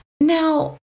Now